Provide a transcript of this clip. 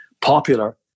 popular